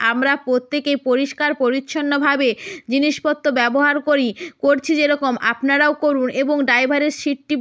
আমরা প্রত্যেকে পরিষ্কার পরিচ্ছন্নভাবে জিনিসপত্র ব্যবহার করি করছি যেরকম আপনারাও করুন এবং ড্রাইভারের সিটটি